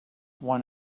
one